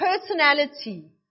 personality